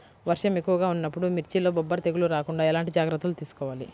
వర్షం ఎక్కువగా ఉన్నప్పుడు మిర్చిలో బొబ్బర తెగులు రాకుండా ఎలాంటి జాగ్రత్తలు తీసుకోవాలి?